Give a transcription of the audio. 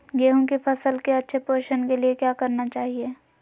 गेंहू की फसल के अच्छे पोषण के लिए क्या करना चाहिए?